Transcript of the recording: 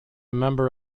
member